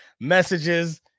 messages